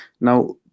Now